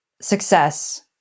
success